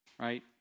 right